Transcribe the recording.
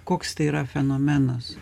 koks tai yra fenomenas